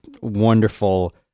wonderful